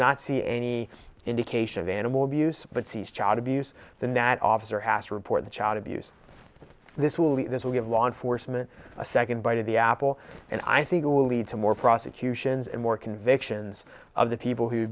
not see any indication of animal abuse but sees child abuse then that officer has to report the child abuse this will be this will give law enforcement a second bite of the apple and i think it will lead to more prosecutions and more convictions of the people who